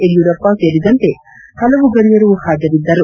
ಯಡಿಯೂರಪ್ಪ ಸೇರಿದಂತೆ ಹಲವು ಗಣ್ಣರು ಹಾಜರಿದ್ದರು